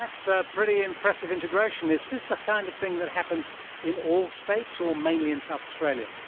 that's a pretty impressive integration. is this a kind of thing that happens in all states or mainly in south australia?